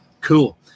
cool